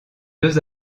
deux